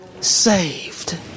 saved